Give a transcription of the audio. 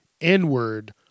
inward